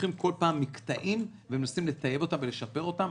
לוקחים כל פעם מקטעים ומנסים לטייב אותם ולשפר אותם.